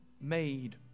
made